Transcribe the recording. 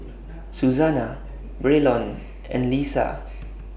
Susana Braylon and Leesa